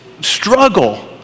struggle